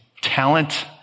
talent